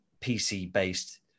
PC-based